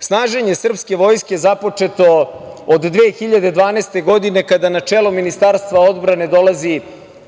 snaženje srpske vojske započeto od 2012. godine kada na čelo Ministarstva odbrane dolazi